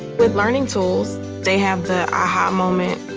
with learning tools they have the ah-ha moment.